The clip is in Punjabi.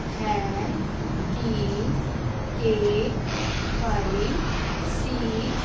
ਹੈ ਕੀ ਕੇ ਵਾਈ ਸੀ